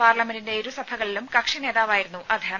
പാർലമെന്റിന്റെ ഇരുസഭകളിലും കക്ഷി നേതാവായിരുന്നു അദ്ദേഹം